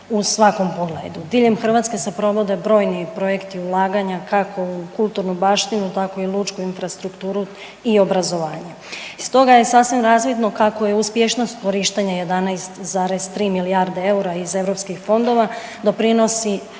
u svakom pogledu. Diljem Hrvatske se provode brojni projekti ulaganja, kako u kulturnu baštinu, tako i u lučku infrastrukturu i obrazovanje. Stoga je sasvim razvidno kako je uspješnost korištenja 11,3 milijarde eura iz EU fondova doprinosi